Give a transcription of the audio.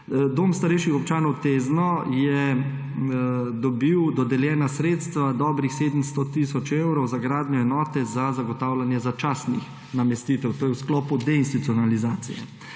Dom starejših občanov Tezno je dobil dodeljena sredstva, dobrih 700 tisoč evrov, za gradnjo enote za zagotavljanje začasnih namestitev, to je v sklopu deinstitucionalizacije;